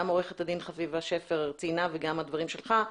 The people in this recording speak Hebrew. עורכת הדין חביבה שפר ציינה וגם הדברים שלך.